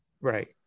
right